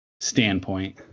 standpoint